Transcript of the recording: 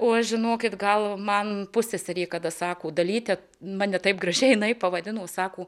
oi žinokit gal man pusseserei kada sako dalyte mane taip gražiai jinai pavadino sako